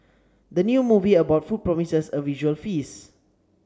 the new movie about food promises a visual feast